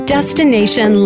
Destination